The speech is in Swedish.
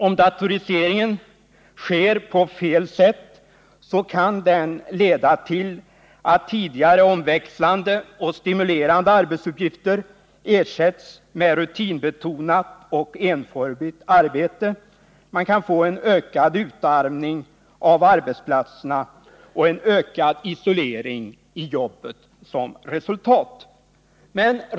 Om datoriseringen sker på fel sätt kan den leda till att tidigare omväxlande och stimulerande arbetsuppgifter ersätts med rutinbetonat och enformigt arbete. Man kan få en ökad utarmning av arbetsplatserna och en ökad isolering i jobbet som resultat.